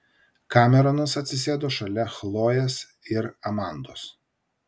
kameronas atsisėdo šalia chlojės ir amandos